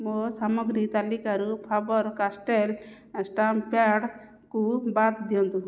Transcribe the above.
ମୋ ସାମଗ୍ରୀ ତାଲିକାରୁ ଫାବର କାଷ୍ଟେଲ ଷ୍ଟାମ୍ପ୍ ପ୍ୟାଡ଼କୁ ବାଦ ଦିଅନ୍ତୁ